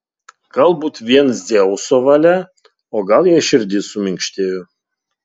galbūt vien dzeuso valia o gal jai širdis suminkštėjo